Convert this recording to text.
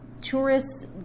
tourists